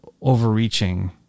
overreaching